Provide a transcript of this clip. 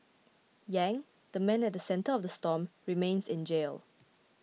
Yang the man at the centre of the storm remains in jail